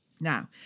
Now